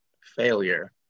failure